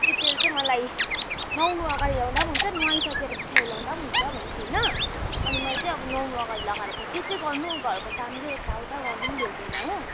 त्यो तेल चाहिँ मलाई नुहाउनु अघाडि लगाउँदा पनि हुन्छ नुहाइसकेर पछाडि लगाउँदा पनि हुन्छ भन्दैथ्यो होइन अनि मैले चाहिँ अब नुहाउनु अघाडि त के चाहिँ गर्नु घरको कामले यताउता गर्नु नि भ्याउँदैन हो